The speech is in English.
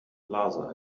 plaza